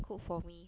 cook for me